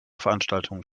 veranstaltungen